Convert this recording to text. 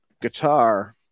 guitar